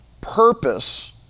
purpose